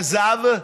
עזב.